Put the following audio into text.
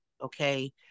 okay